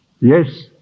Yes